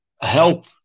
help